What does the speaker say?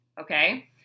Okay